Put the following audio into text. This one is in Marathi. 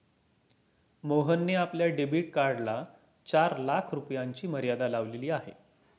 मोहनने आपल्या डेबिट कार्डला चार लाख रुपयांची मर्यादा लावलेली आहे